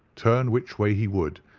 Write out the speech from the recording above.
turn which way he would,